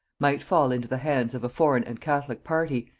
might fall into the hands of a foreign and catholic party,